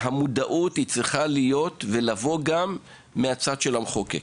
לכן, המודעות לכך צריכה לבוא גם מצד המחוקק.